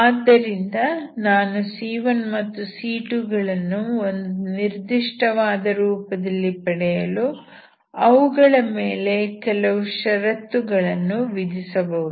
ಆದ್ದರಿಂದ ನಾನು c1 ಮತ್ತು c2 ಗಳನ್ನು ಒಂದು ನಿರ್ದಿಷ್ಟವಾದ ರೂಪದಲ್ಲಿ ಪಡೆಯಲು ಅವುಗಳ ಮೇಲೆ ಕೆಲವು ಶರತ್ತುಗಳನ್ನು ವಿಧಿಸಬಹುದು